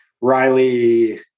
Riley